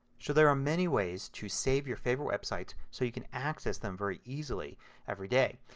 so there are many ways to save your favorite websites so you can access them very easily every day.